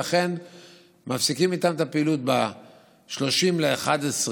ולכן מפסיקים איתם את הפעילות ב-30 בנובמבר